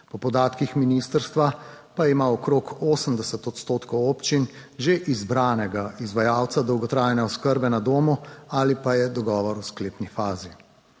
Po podatkih ministrstva pa ima okrog 80 odstotkov občin že izbranega izvajalca dolgotrajne oskrbe na domu ali pa je dogovor v sklepni fazi.